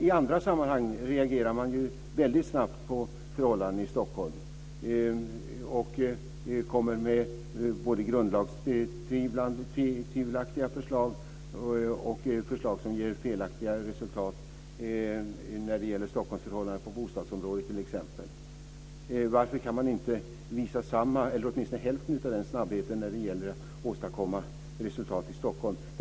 I andra sammanhang reagerar man väldigt snabbt på förhållanden i Stockholm och kommer både med förslag som är tvivelaktiga ur grundlagssynpunkt och förslag som ger felaktiga resultat när det gäller förhållandena på bostadsområdet i Stockholm, t.ex. Varför kan man inte visa samma snabbhet, eller åtminstone hälften av den, när det gäller att åstadkomma resultat för Stockholmspolisen?